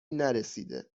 نرسیده